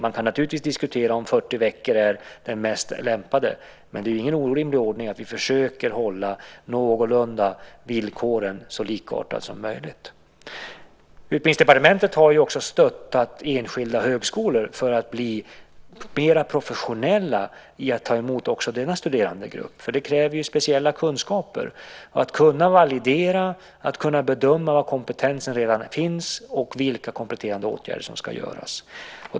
Man kan naturligtvis diskutera om 40 veckor är den mest lämpliga tiden, men det är inte en orimlig ordning att vi försöker ha så likartade villkor som möjligt. Utbildningsdepartementet har stöttat enskilda högskolor för att de ska bli mera professionella i att ta emot också denna studerandegrupp. Det kräver speciella kunskaper: att kunna validera, att kunna bedöma var kompetensen finns och vilka kompletterande åtgärder som ska vidtas.